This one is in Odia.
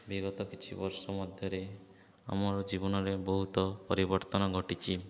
ବିଗତ କିଛି ବର୍ଷ ମଧ୍ୟରେ ଆମର ଜୀବନରେ ବହୁତ ପରିବର୍ତ୍ତନ ଘଟିଛି